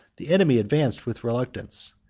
the enemy advanced with reluctance,